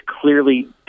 clearly